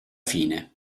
fine